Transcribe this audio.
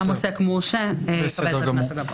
כלומר, גם עוסק מורשה יקבל את הקנס הגבוה.